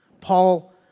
Paul